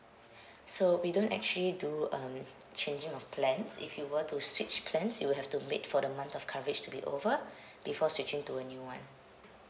so we don't actually do um changing of plans if you were to switch plans you will have to wait for the month of coverage to be over before switching to a new [one]